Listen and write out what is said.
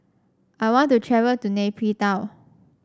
I want to travel to Nay Pyi Taw